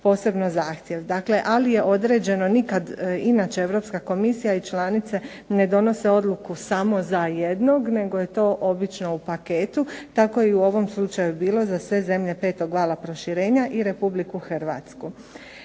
posebno zahtjev. Dakle, ali je određeno nikad inače Europska komisija i članice ne donose odluku samo za jednog nego je to obično u paketu. Tako je i u ovom slučaju bilo za sve zemlje petog vala proširenja i Republiku Hrvatsku.